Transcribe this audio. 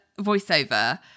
voiceover